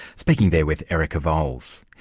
speaking there with erica vowles.